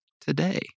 today